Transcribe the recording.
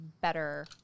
better